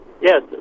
Yes